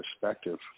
perspective